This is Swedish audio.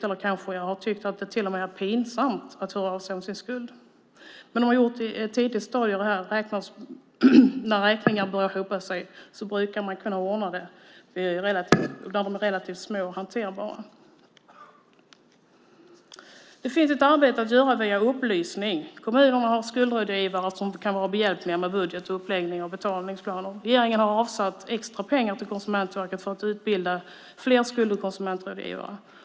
De kanske till och med har tyckt att det har varit pinsamt att höra av sig om sin skuld. Men om de hade gjort det på ett tidigt stadium, när räkningar hade börjat hopa sig, hade det i regel kunnat ordna sig när skulderna var relativt små och hanterbara. Det finns ett arbete att göra via upplysning. Kommunerna har skuldrådgivare som kan vara behjälpliga med budget och uppläggning av betalningsplaner. Regeringen har avsatt extra pengar till Konsumentverket för att utbilda fler skuld och konsumentrådgivare.